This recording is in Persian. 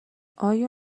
آیا